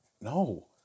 No